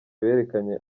berekanye